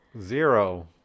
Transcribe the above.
Zero